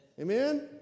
Amen